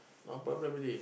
no problem already